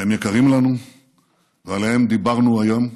שהם יקרים לנו ועליהם דיברנו היום,